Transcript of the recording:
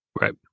Right